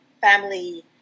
family